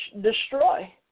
destroy